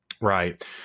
Right